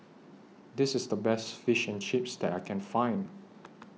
This IS The Best Fish and Chips that I Can Find